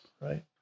right